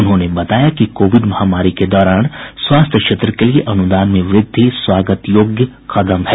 उन्होंने बताया कि कोविड महामारी के दौरान स्वास्थ्य क्षेत्र के लिये अनुदान में वृद्धि स्वागत योग्य कदम है